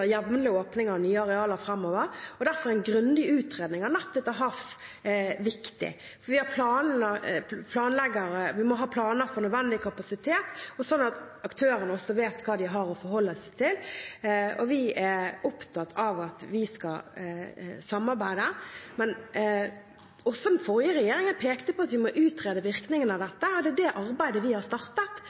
jevnlig åpning av nye arealer framover. Derfor er en grundig utredning av nettet til havs viktig. Vi må ha planer for nødvendig kapasitet, slik at aktørene også vet hva de har å forholde seg til. Vi er opptatt av å samarbeide. Også den forrige regjeringen pekte på at vi må utrede virkningene av dette, og det er det arbeidet vi har startet.